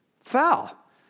foul